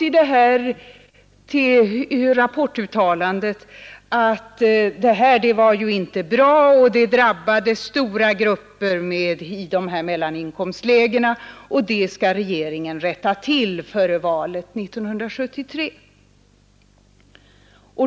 I programmet sades det att det här inte var bra, att det drabbade stora grupper i mellaninkomstlägena och att regeringen skulle rätta till detta före valet 1973.